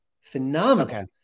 phenomenal